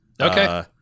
Okay